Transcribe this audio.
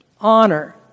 Honor